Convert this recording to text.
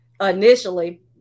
initially